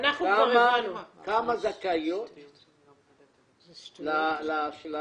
כמה זכאיות לסל?